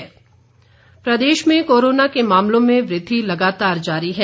Himachal corona Pradesh में corona के मामलों में वृद्धि लगातार जारी है